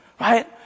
Right